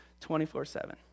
24-7